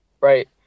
right